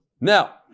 Now